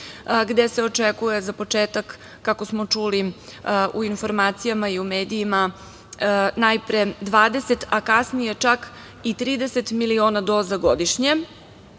gde se očekuje za početak kako smo čuli u informacijama i medijima najpre dvadeset, a kasnije čak i trideset miliona doza godišnje,